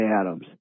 Adams